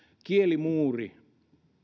kielimuuri